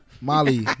Molly